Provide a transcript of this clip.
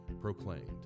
proclaimed